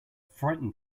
frightened